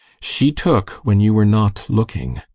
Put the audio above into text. she took when you were not looking,